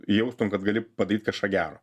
jaustum kad gali padaryt kažką gero